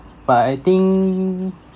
but I think